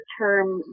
term